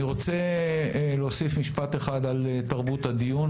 אני רוצה להוסיף משפט אחד על תרבות הדיון.